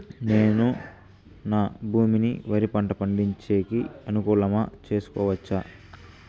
నేను నా భూమిని వరి పంట పండించేకి అనుకూలమా చేసుకోవచ్చా?